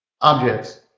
objects